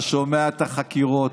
אתה שומע את החקירות,